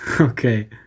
okay